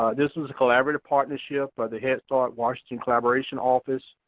this was a collaborative partnership by the head start washington collaboration office,